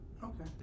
Okay